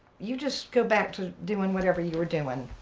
you just go back to doing whatever you were doing.